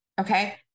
okay